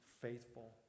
faithful